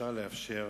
אפשר לאפשר